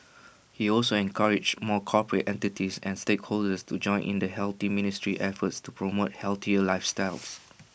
he also encouraged more corporate entities and stakeholders to join in the health ministry's efforts to promote healthier lifestyles